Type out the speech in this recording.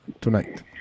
tonight